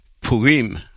Purim